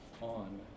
on